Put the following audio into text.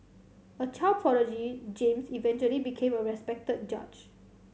a child prodigy James eventually became a respected judge